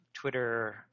Twitter